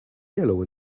yellow